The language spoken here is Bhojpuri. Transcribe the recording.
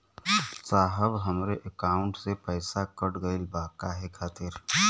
साहब हमरे एकाउंट से पैसाकट गईल बा काहे खातिर?